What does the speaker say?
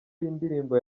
y’indirimbo